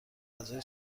غذا